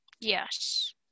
Yes